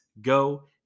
Go